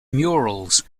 murals